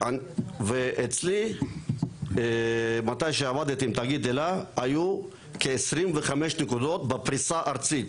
ואצלי מתי שעבדתי עם תאגיד אל"ה היו כ-25 נקודות בפריסה ארצית: